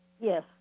Yes